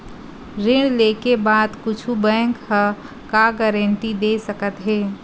ऋण लेके बाद कुछु बैंक ह का गारेंटी दे सकत हे?